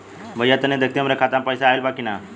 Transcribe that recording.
भईया तनि देखती हमरे खाता मे पैसा आईल बा की ना?